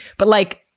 but like,